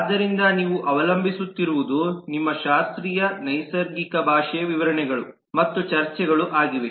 ಆದ್ದರಿಂದ ನೀವು ಅವಲಂಬಿಸುತ್ತಿರುವುದು ನಿಮ್ಮ ಶಾಸ್ತ್ರೀಯ ನೈಸರ್ಗಿಕ ಭಾಷೆಯ ವಿವರಣೆಗಳು ಮತ್ತು ಚರ್ಚೆಗಳನ್ನು ಆಗಿದೆ